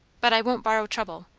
but i won't borrow trouble.